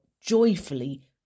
joyfully